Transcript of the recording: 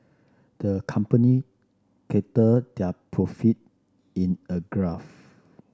the company charted their profit in a graph